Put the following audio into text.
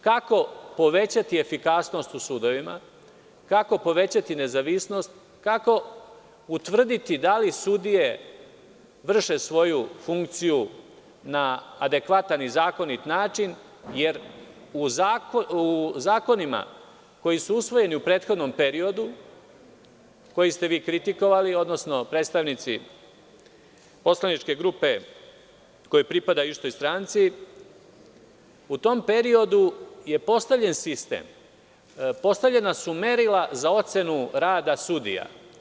Kako povećati efikasnost u sudovima, kako povećati nezavisnost, kako utvrditi da li sudije vrše svoju funkciju na adekvatan i zakonit način, jer u zakonima koji su usvojeni u prethodnom periodu, koji ste vi kritikovali, odnosno predstavnici poslaničke grupe koja pripada istoj stranci, u tom periodu je postavljen sistem, postavljena su merila za ocenu rada sudija.